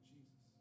Jesus